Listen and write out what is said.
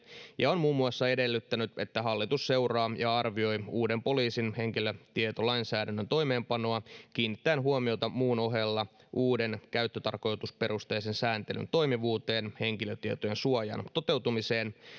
ja on muun muassa edellyttänyt että hallitus seuraa ja arvioi uuden poliisin henkilötietolainsäädännön toimeenpanoa kiinnittäen huomiota muun ohella uuden käyttötarkoitusperusteisen sääntelyn toimivuuteen henkilötietojen suojan toteutumiseen